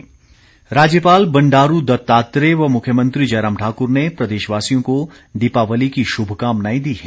शुभकामनाएं राज्यपाल बंडारू दत्तात्रेय व मुख्यमंत्री जयराम ठाकुर ने प्रदेशवासियों को दीपावली की शुभकामनाएं दी हैं